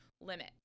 limit